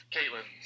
Caitlin